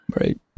Right